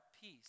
peace